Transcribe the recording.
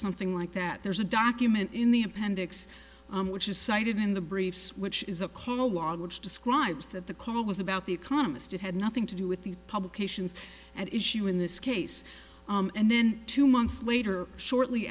something like that there's a document in the appendix which is cited in the briefs which is a call log which describes that the call was about the economist it had nothing to do with the publications at issue in this case and then two months later shortly